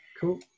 Cool